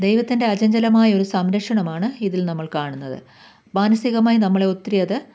ദൈവത്തിന്റെ അചഞ്ചലമായൊരു സംരക്ഷണമാണ് ഇതിൽ നമ്മൾ കാണുന്നത് മാനസികമായി നമ്മളെ ഒത്തിരി അത്